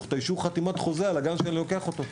אישור חתימת חוזה לגבי הגן שאליו אני לוקח אותו.